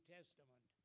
Testament